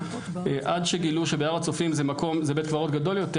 עד שגילו שבהר הצופים זה בית קברות גדול יותר.